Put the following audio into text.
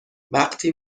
وقتی